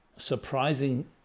surprising